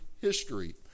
history